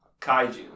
kaiju